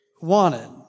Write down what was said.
wanted